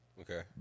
Okay